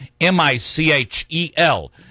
M-I-C-H-E-L